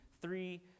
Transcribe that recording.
three